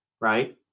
right